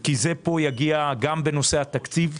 כי זה יגיע לפה גם בנושא התקציב,